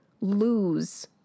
lose